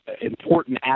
important